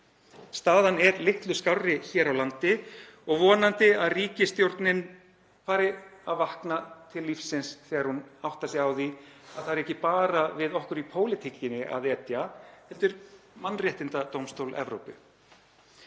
Staðan er litlu skárri hér á landi og vonandi að ríkisstjórnin fari að vakna til lífsins þegar hún áttar sig á því að það er ekki bara við okkur í pólitíkinni að etja heldur Mannréttindadómstól Evrópu.